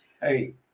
Hey